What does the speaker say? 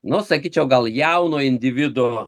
nu sakyčiau gal jauno individo